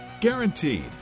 Guaranteed